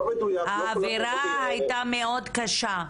האווירה הייתה מאוד קשה.